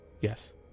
Yes